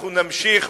אנחנו נמשיך,